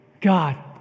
God